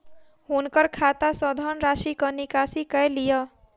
हुनकर खाता सॅ धनराशिक निकासी कय लिअ